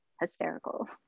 hysterical